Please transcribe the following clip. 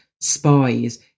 spies